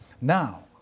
Now